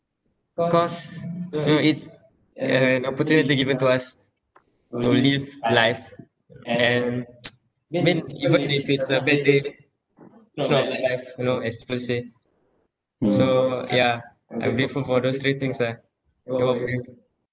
cause you know it's an opportunity given to us to live life and I mean even if it's a bad day it's not a bad life you know as people say so yeah I'm grateful for those three things lah then what about you